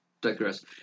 digress